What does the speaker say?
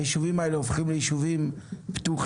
הישובים האלה הופכים לישובים פתוחים,